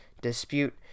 dispute